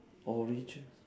origin